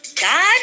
God